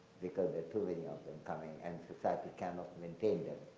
because they're too many of them coming and society cannot maintain them.